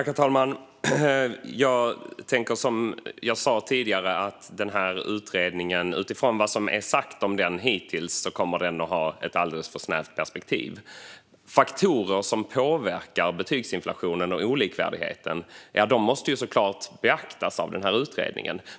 Herr talman! Som jag sa tidigare tror jag att denna utredning, utifrån vad som har sagts om den hittills, kommer att ha ett alldeles för snävt perspektiv. Faktorer som påverkar betygsinflationen och olikvärdigheten måste så klart beaktas av denna utredning.